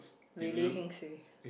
really heng suay